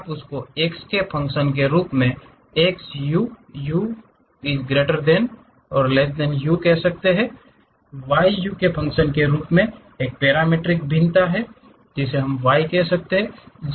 आप x के function के रूप में x ऑफ uहो सकते हैं y u के फंकशन के रूप में एक पैरामीट्रिक भिन्नता y हो सकता है z u का फंकशन हो सकता है